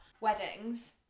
weddings